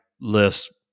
list